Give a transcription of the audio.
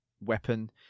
Weapon